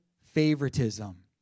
favoritism